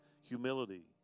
humility